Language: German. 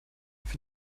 für